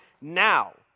now